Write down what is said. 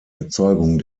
erzeugung